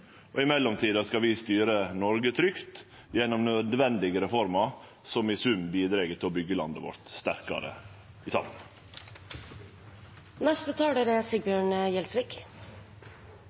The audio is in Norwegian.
I mellomtida skal vi styre Noreg trygt gjennom nødvendige reformer som i sum bidreg til å byggje landet vårt sterkare